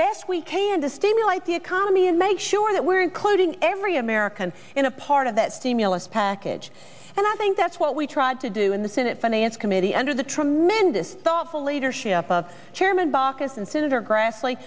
best we can to stimulate the economy and make sure that we're including every american in a part of that stimulus package and i think that's what we tried to do in the senate finance committee under the tremendous thoughtful leadership of chairman baucus and senator grass